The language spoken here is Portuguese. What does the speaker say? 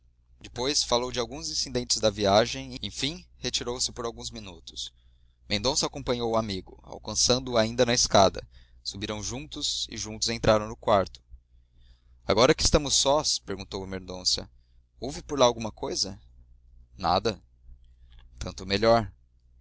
depois falou de alguns incidentes da viagem enfim retirou-se por alguns minutos mendonça acompanhou o amigo alcançando o ainda na escada subiram juntos e juntos entraram no quarto agora que estamos sós perguntou mendonça houve por lá alguma coisa nada tanto melhor